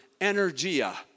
energia